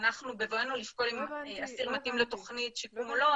כשבאנו לשקול אם אסיר מתאים לתכנית שיקום או לא,